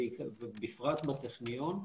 בפרט בטכניון,